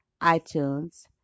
iTunes